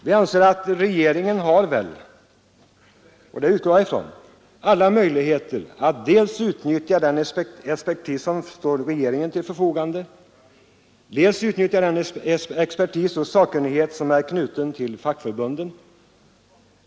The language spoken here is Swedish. Vi anser att regeringen har alla möjligheter att dels utnyttja den expertis som står till regeringens förfogande, dels utnyttja den expertis och sakkunskap som är knuten till fackförbunden.